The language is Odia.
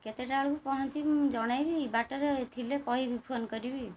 କେତେଟା ବେଳକୁ ପହଞ୍ଚିବି ମୁଁ ଜଣାଇବି ବାଟରେ ଥିଲେ କହିବି ଫୋନ୍ କରିବି